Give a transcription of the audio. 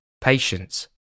patience